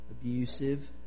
abusive